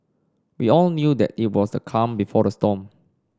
we all knew that it was the calm before the storm